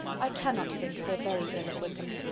i cannot think so very ill of wickham.